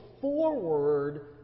forward